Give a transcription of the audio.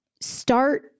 start